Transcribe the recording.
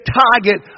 target